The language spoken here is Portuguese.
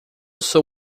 sou